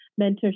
mentorship